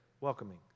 welcoming